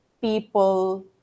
people